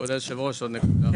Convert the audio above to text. כבוד היושב ראש, עוד נקודה.